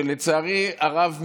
שלצערי הרב מאוד,